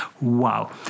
Wow